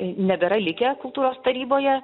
nebėra likę kultūros taryboje